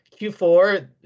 q4